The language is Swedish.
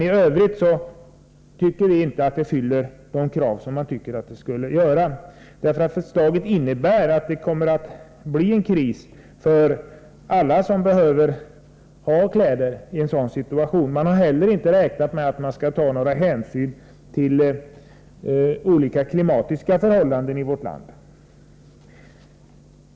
I övrigt tycker vi inte att förslaget fyller de krav som borde tillgodoses. Förslaget innebär att det kommer att bli svårt för alla som behöver ha kläder i en sådan krissituation. Man har heller inte tagit hänsyn till olika klimatiska förhållanden i vårt land.